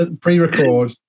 pre-record